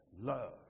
Love